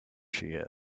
she